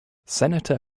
senator